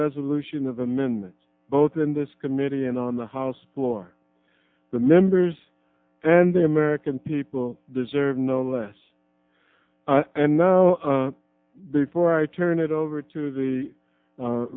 resolution of amendments both in this committee and on the house floor the members and the american people deserve no less and now before i turn it over to the